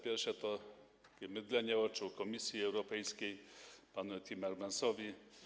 Pierwsze to takie mydlenie oczu Komisji Europejskiej, panu Timmermansowi.